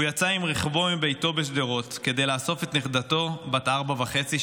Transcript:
הוא יצא עם רכבו מביתו בשדרות כדי לאסוף את נכדתו בת הארבע וחצי,